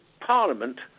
Parliament